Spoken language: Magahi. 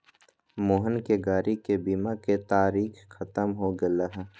मोहन के गाड़ी के बीमा के तारिक ख़त्म हो गैले है